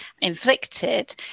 inflicted